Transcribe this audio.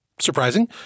surprising